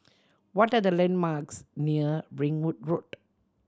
what are the landmarks near Ringwood Road